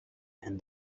and